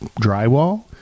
drywall